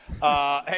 Hey